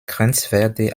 grenzwerte